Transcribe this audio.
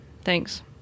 Thanks